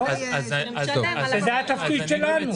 וזה התפקיד שלנו.